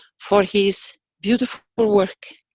for his beautiful work,